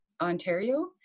Ontario